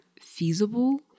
feasible